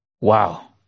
Wow